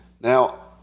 Now